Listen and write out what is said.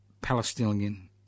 Palestinian